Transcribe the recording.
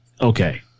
okay